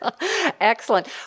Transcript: Excellent